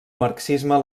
marxisme